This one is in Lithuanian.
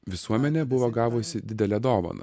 visuomenė buvo gavusi didelę dovaną